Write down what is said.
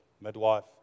midwife